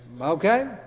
okay